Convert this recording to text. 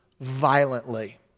violently